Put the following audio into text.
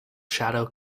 shadow